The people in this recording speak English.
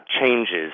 changes